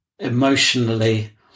Emotionally